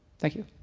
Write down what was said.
thank you!